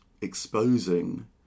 exposing